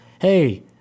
hey